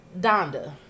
Donda